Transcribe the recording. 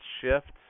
Shift